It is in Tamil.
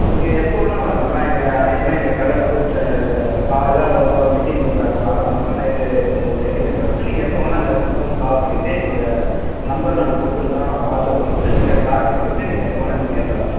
நீங்கள் எப்போ வேணா வரலாமா எங்கள் அநேகமாக எங்கள் கடை வந்து காலையில் ஒம்பது மணிக்கு எங்களுது ஆரம்பிச்சோமா நைட்டு எட்டு ஒன்பது மணி வர எங்கள் கட இருக்கும் நீங்கள் எப்போ வேன்னா அந்த ஃபோன் கால் பண்ணிட்டு எங்களோட நம்பர் நாங்கள் கொடுத்துருக்கோம் வாட்ஸ்அப் நம்பரு நீங்கள் கான்டக்ட் பண்ணிட்டு நீங்கள் எப்போ வேணா நீங்கள் நேர்ல வரலாம்